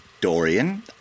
Dorian